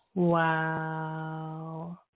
Wow